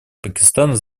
пакистана